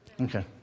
Okay